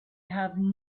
have